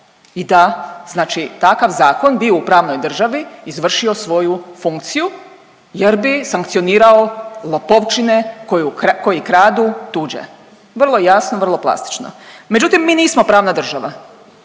I da, znači takav zakon bi u pravnoj državi izvršio svoju funkciju jer bi sankcionirao lopovčine koji kradu tuđe, vrlo jasno, vrlo plastično. Međutim, mi nismo pravna država,